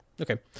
Okay